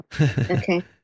Okay